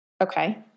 Okay